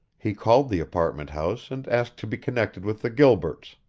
he called the apartment house and asked to be connected with the gilberts.